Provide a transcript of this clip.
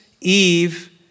Eve